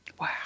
Wow